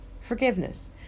Forgiveness